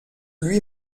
lui